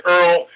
Earl